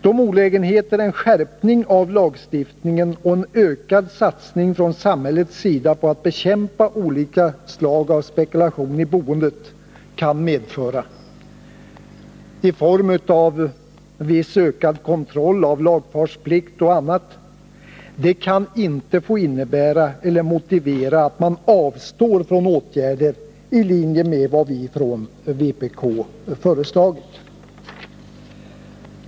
De olägenheter en skärpning av lagstifningen och en ökad satsning från samhällets sida på att bekämpa olika slag av spekulation i boendet kan medföra — i form av viss ökad kontroll av lagfartsplikt och annat — kan inte få motivera att man avstår från åtgärder i linje med vad vi från vpk föreslagit.